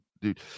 dude